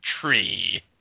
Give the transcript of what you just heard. tree